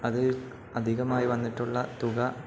അത് അധികമായി വന്നിട്ടുള്ള തുക